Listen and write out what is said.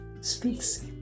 speaks